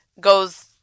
goes